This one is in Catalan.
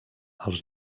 els